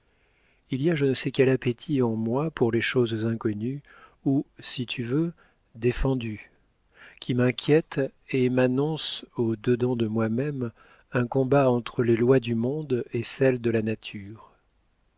il y a je ne sais quel appétit en moi pour les choses inconnues ou si tu veux défendues qui m'inquiète et m'annonce au dedans de moi-même un combat entre les lois du monde et celles de la nature